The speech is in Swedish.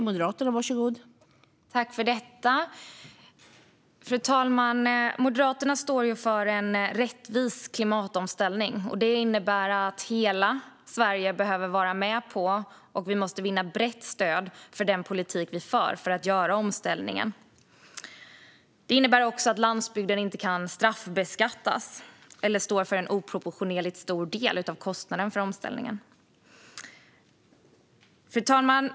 Fru talman! Moderaterna står för en rättvis klimatomställning. Det innebär att hela Sverige behöver vara med på vår politik för att göra omställningen - att vi måste vinna ett brett stöd för den. Det innebär också att landsbygden inte kan straffbeskattas eller stå för en oproportionerligt stor del av kostnaden för omställningen. Fru talman!